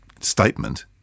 statement